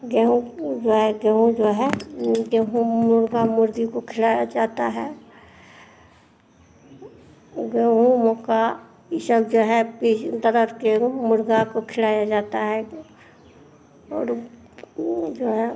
गेहूँ ऊ जो है गेहूँ जो है गेहूँ मुर्गा मुर्गी को खिलाया जाता है गेहूँ मक्का ये सब जो है रखके मुर्गा को खिलाया जाता है और ऊ जो है